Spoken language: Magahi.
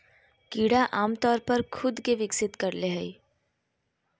कीड़ा आमतौर पर खुद के विकसित कर ले हइ